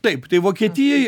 taip tai vokietijoj